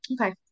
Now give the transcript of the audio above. okay